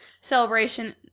Celebration